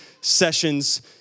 sessions